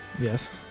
yes